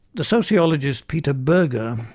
the sociologist, peter berger,